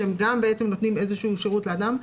שגם הם נותנים איזשהו שירות לאדם.